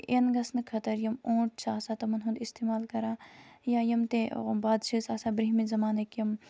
in گَژھنہٕ خٲطر یِم اوٗنٹ چھِ آسان تِمَن ہُند اِستعمال کَران یا یِم تہِ بادشاہ ٲسۍ آسان برہمہِ زمانٕکۍ یِم